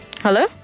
Hello